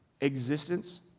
existence